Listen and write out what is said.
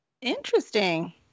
Interesting